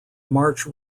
march